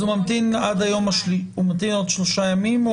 הוא ממתין עוד שלושה ימים?